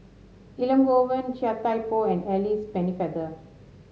Elangovan Chia Thye Poh and Alice Pennefather